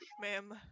Ma'am